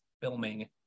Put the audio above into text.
filming